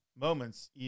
moments